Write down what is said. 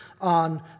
on